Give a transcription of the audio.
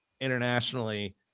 internationally